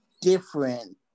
different